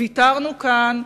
ויתרנו כאן,